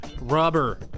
rubber